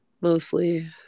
Mostly